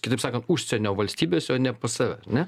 kitaip sakant užsienio valstybėse o ne pas save ane